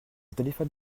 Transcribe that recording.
téléphone